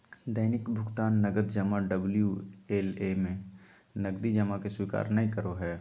दैनिक भुकतान नकद जमा डबल्यू.एल.ए में नकदी जमा के स्वीकार नय करो हइ